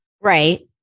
Right